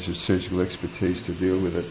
surgical expertise to deal with it.